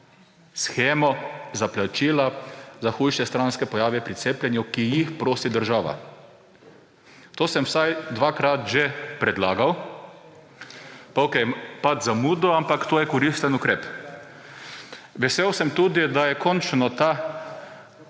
shemo za plačila za hujše stranske pojave pri cepljenju, ki jih nosi država. To sem vsaj dvakrat že predlagal, pa okej, pač z zamudo, ampak to je koristen ukrep. Vesel sem tudi, da je končno ta